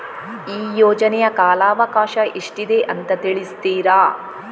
ಈ ಯೋಜನೆಯ ಕಾಲವಕಾಶ ಎಷ್ಟಿದೆ ಅಂತ ತಿಳಿಸ್ತೀರಾ?